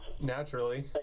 Naturally